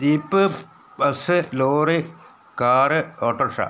jeep bus lorry car autorickshaw